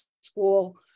school